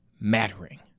mattering